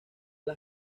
las